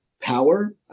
power